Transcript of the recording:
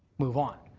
move on.